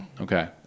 Okay